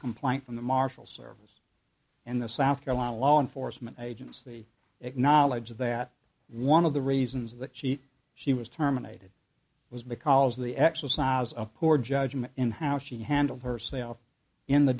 complaint from the marshal service and the south carolina law enforcement agency acknowledge that one of the reasons that she she was terminated was because of the exercise of poor judgment in how she handled herself in the